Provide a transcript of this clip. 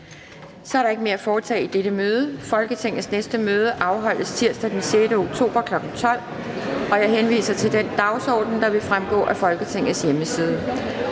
Der er ikke mere at foretage i dette møde. Folketingets næste møde afholdes tirsdag den 6. oktober 2020, kl. 12.00. Jeg henviser til den dagsorden, der vil fremgå af Folketingets hjemmeside.